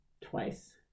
twice